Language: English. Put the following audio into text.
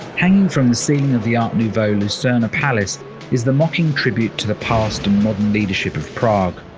hanging from the ceiling of the art nouveau lucerna palace is the mocking tribute to the past and modern leadership of prague.